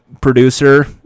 producer